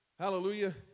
Hallelujah